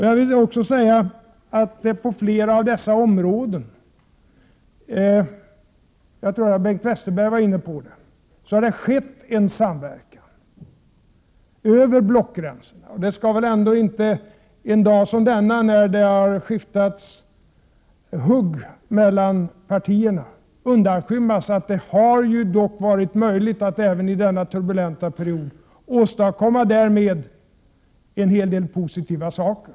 Jag vill också säga att det på flera av dessa områden — jag tror att Bengt Westerberg var inne på detta — har skett en samverkan över blockgränserna. Och det skall väl ändå inte en dag som denna, när det har skiftats hugg mellan partierna, få undanskymmas att det dock har varit möjligt att även under denna turbulenta period åstadkomma en hel del positiva saker.